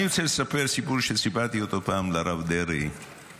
אני רוצה לספר סיפור שסיפרתי פעם לרב דרעי,